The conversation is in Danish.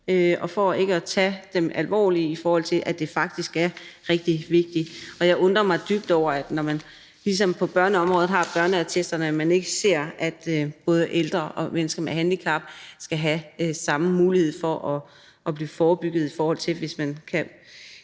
og for ikke at tage dem alvorligt, i forhold til at det faktisk er rigtig vigtigt. Jeg undrer mig dybt over, at man, ligesom man på børneområdet har børneattesterne, ikke ser, at både ældre og mennesker med handicap skal have samme mulighed for forebyggelse, så man kan